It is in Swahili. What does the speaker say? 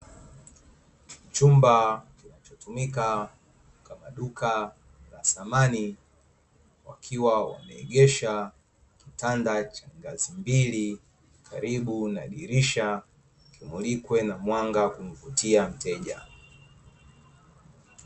Chumba kinachotumika kama duka la samani, wakiwa wameegesha kitanda cha ngazi mbili karibu na dirisha ili kuwe na mwanga wa kumvutia mteja.